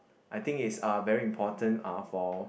I think is uh very important uh for